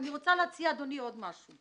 ואני רוצה להציע, אדוני, עוד משהו.